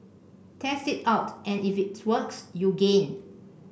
test it out and if it works you gain